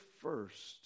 first